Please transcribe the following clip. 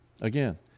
Again